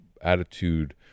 attitude